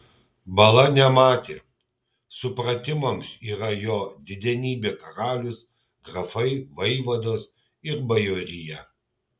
bala nematė supratimams yra jo didenybė karalius grafai vaivados ir bajorija